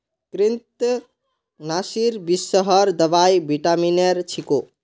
कृन्तकनाशीर विषहर दवाई विटामिनेर छिको